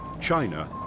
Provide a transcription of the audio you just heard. China